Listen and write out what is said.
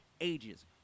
Ages